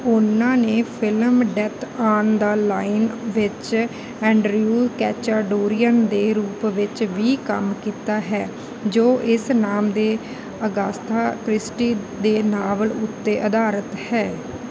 ਉਹਨਾਂ ਨੇ film death on the line ਵਿੱਚ ਐਂਡਰਿਊ ਕੈਚਾਡੌਰੀਅਨ ਦੇ ਰੂਪ ਵਿੱਚ ਵੀ ਕੰਮ ਕੀਤਾ ਹੈ ਜੋ ਇਸ ਨਾਮ ਦੇ ਅਗਾਸਥਾ ਕ੍ਰਿਸਟੀ ਦੇ ਨਾਵਲ ਉੱਤੇ ਅਧਾਰਿਤ ਹੈ